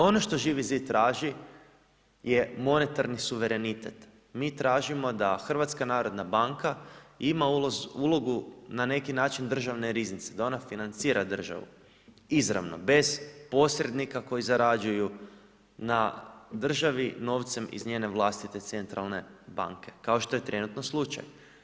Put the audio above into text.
Ono što Živi zid traži, je monetarni suverenitet, mi tražimo da HNB ima ulogu, na neki način državne riznice, da ona financira državu, izravnu, bez posrednika koji zarađuju na državi, novcem iz njene vlastite centralne banke, kao što je trenutno slučaj.